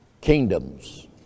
kingdoms